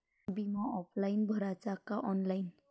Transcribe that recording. बिमा ऑफलाईन भराचा का ऑनलाईन?